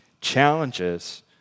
challenges